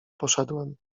poszedłem